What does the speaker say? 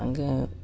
ಹಾಗೆ